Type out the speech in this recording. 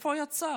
איפה היה צה"ל?